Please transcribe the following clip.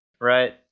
right